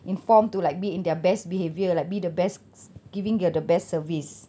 informed to like be in their best behaviour like be the best giving your the best service